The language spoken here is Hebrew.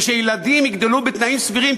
ושילדים יגדלו בתנאים סבירים,